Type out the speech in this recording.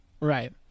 right